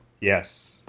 Yes